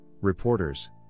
reporters